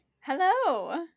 Hello